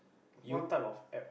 what type of app